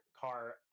car